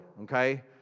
okay